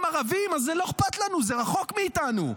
הם ערבים, אז זה לא אכפת לנו, זה רחוק מאיתנו.